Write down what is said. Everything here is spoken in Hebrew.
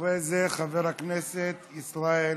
לאחר מכן, חבר הכנסת ישראל אייכלר.